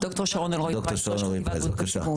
ד"ר שרון אלרעי פרייס, ראש חטיבת בריאות הציבור.